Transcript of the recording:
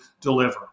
deliver